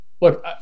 look